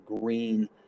green